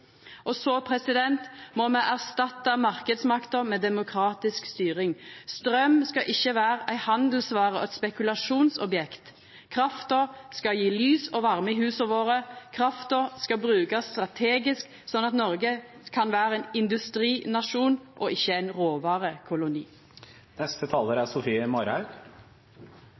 Så må me erstatta marknadsmakta med demokratisk styring. Straum skal ikkje vera ei handelsvare og eit spekulasjonsobjekt. Krafta skal gje lys og varme i husa våre. Krafta skal brukast strategisk, slik at Noreg kan vera ein industrinasjon og ikkje ein